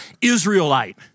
Israelite